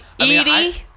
Edie